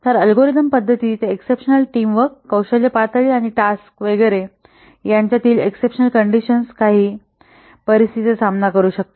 तर अल्गोरिदम पद्धती ते एक्ससपशनल टीम वर्क कौशल्य पातळी आणि टास्क वैगरे यांच्यातील एक्ससपशनल कंडिशन्स काही एक्ससपशनल कंडिशन्स परिस्थितींचा सामना करू शकतात